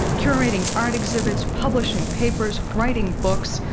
curating art exhibits, publishing papers, writing books,